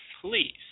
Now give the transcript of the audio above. please